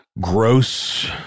gross